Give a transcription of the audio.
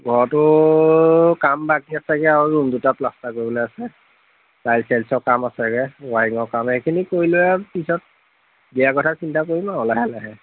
ঘৰতো কাম বাকী আছেগে আৰু ৰুম দুটা প্লাষ্টাৰ কৰিবলে আছে টাইল চাইলছৰ কাম আছেগে ৱাইৰিঙৰ কাম এইখিনি কৰিলৈ আৰু পিছত বিয়া কথা চিন্তা কৰিম আৰু লাহে লাহে